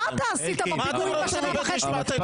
מה אתם רוצים מבית המשפט העליון?